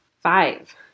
Five